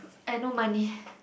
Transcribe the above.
I no money